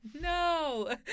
No